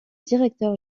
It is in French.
directeur